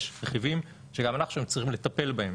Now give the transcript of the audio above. יש רכיבים שגם אנחנו צריכים לטפל בהם,